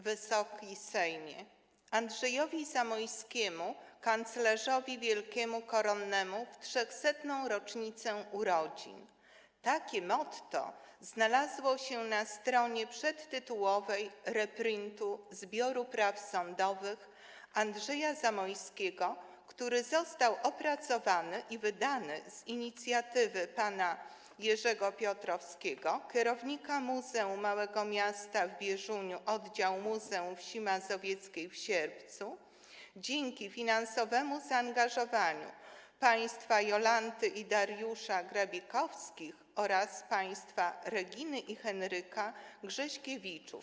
Wysoki Sejmie! „Andrzejowi Zamoyskiemu, kanclerzowi wielkiemu koronnemu, w trzechsetną rocznicę urodzin” - takie motto znalazło się na stronie przedtytułowej reprintu „Zbioru praw sądowych” Andrzeja Zamoyskiego, który został opracowany i wydany z inicjatywy pana Jerzego Piotrowskiego, kierownika Muzeum Małego Miasta w Bieżuniu, oddział Muzeum Wsi Mazowieckiej w Sierpcu, dzięki finansowemu zaangażowaniu państwa Jolanty i Dariusza Grabikowskich oraz państwa Reginy i Henryka Grześkiewiczów.